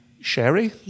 sherry